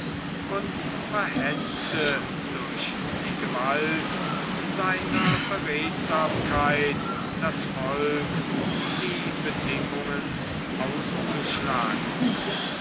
und verhetzte durch die gewalt seiner beredsamkeit das volk die bedingungen auszuschlagen